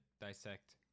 dissect